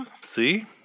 see